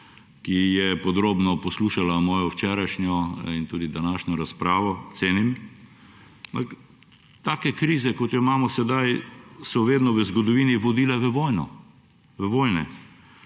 ki je podrobno poslušala mojo včerajšnjo in tudi današnjo razpravo. Ampak take krize, ki jo imamo sedaj, so vedno v zgodovini vodile v vojne.